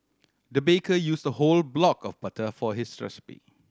the baker used a whole block of butter for this recipe